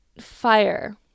fire